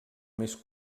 més